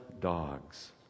dogs